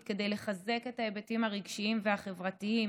כדי לחזק את ההיבטים הרגשיים והחברתיים,